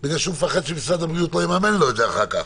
כי היא מפחדת שמשרד הבריאות לא יממן לה את זה אחר כך,